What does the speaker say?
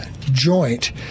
joint